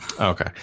Okay